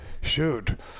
Shoot